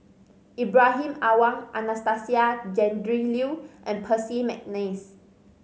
Ibrahim Awang Anastasia Tjendri Liew and Percy McNeice